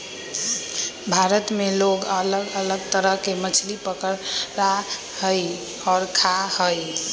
भारत में लोग अलग अलग तरह के मछली पकडड़ा हई और खा हई